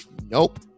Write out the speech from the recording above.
Nope